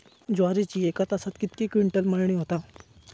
ज्वारीची एका तासात कितके क्विंटल मळणी होता?